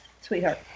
sweetheart